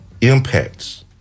impacts